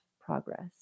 progress